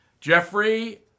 Jeffrey